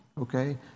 okay